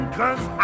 cause